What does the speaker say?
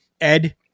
ed